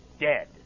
dead